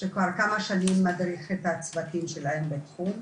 שכבר כמה שנים מדריך את הצוותים שלהם בתחום.